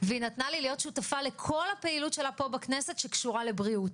והיא נתנה לי להיות שותפה לכל הפעילות שלה פה בכנסת שקשורה לבריאות.